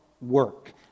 work